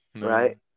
right